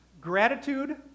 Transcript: Gratitude